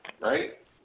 Right